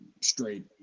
Straight